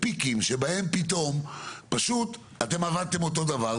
פיקים שבהם פתאום אתם עבדתם אותו דבר,